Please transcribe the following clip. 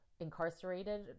incarcerated